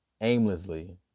aimlessly